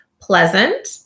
pleasant